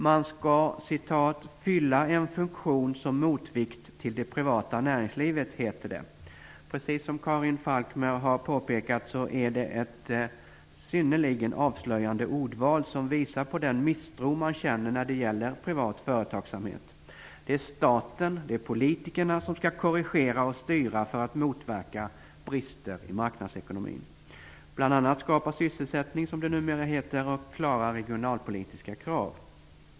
Man skall "fylla en funktion som motvikt till det privata näringslivet", heter det. Precis som Karin Falkmer har påpekat är det ett synnerligen avslöjande ordval, som visar på den misstro man känner när det gäller privat företagsamhet. Det är staten, det är politikerna som skall korrigera och styra för att motverka brister i marknadsekonomin. Bl.a. skall man skapa sysselsättning, som det numera heter, och klara regionalpolitiska krav.